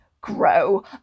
grow